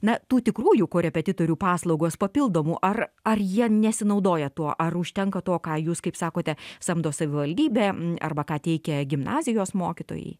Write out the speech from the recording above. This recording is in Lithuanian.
na tų tikrųjų korepetitorių paslaugos papildomų ar ar jie nesinaudoja tuo ar užtenka to ką jūs kaip sakote samdo savivaldybė arba ką teikia gimnazijos mokytojai